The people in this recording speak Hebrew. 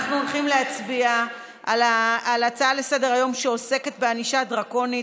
אנחנו הולכים להצביע על ההצעה לסדר-היום שעוסקת בענישה דרקונית,